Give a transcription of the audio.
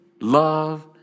love